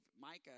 Micah